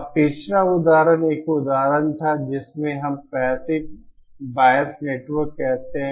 अब पिछला उदाहरण एक उदाहरण था जिसे हम पैसिव बायस नेटवर्क कहते हैं